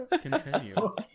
Continue